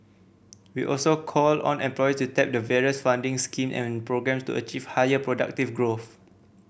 we also call on employers to tap the various funding scheme and programme to achieve higher productivity growth